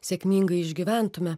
sėkmingai išgyventume